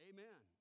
Amen